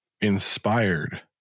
inspired